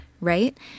right